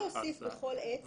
אילן, אפשר להוסיף בכל עת?